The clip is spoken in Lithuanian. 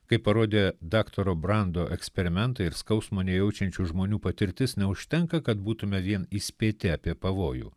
kaip parodė daktaro brando eksperimentai ir skausmo nejaučiančių žmonių patirtis neužtenka kad būtume vien įspėti apie pavojų